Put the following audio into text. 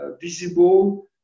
visible